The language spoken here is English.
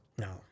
no